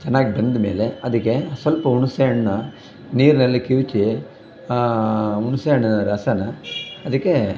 ಚೆನ್ನಾಗಿ ಬೆಂದಮೇಲೆ ಅದಕ್ಕೆ ಸ್ವಲ್ಪ ಹುಣಿಸೆ ಹಣ್ಣನ್ನ ನೀರಿನಲ್ಲಿ ಕಿವುಚಿ ಹುಣಿಸೆ ಹಣ್ಣಿನ ರಸನ ಅದಕ್ಕೆ